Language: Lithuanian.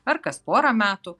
ar kas porą metų